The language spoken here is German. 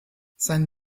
sein